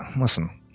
listen